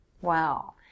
Wow